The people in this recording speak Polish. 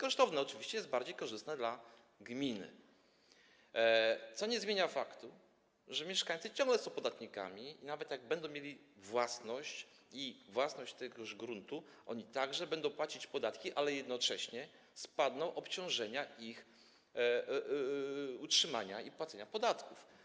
Oczywiście jest bardziej korzystne dla gminy, co nie zmienia faktu, że mieszkańcy ciągle są podatnikami i nawet jak będą mieli własność, własność tego gruntu, także będą płacić podatki, ale jednocześnie spadną, zmniejszą się obciążenia dotyczące ich utrzymania i płacenia podatków.